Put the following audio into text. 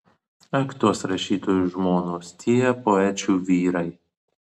ak tos rašytojų žmonos tie poečių vyrai